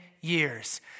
years